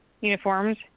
uniforms